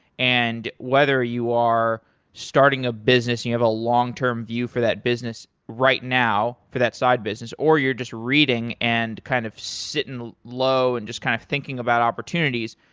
and whether you are starting a business, you have a long-term view for that business right now for that side business, or you're just reading and kind of siting low and just kind of thinking about opportunities,